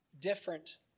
different